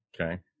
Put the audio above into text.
Okay